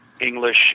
English